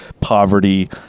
poverty